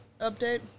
update